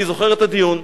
אני זוכר את הדיון,